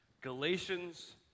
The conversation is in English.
Galatians